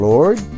Lord